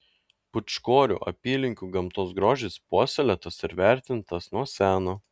pūčkorių apylinkių gamtos grožis puoselėtas ir vertintas nuo seno